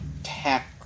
attack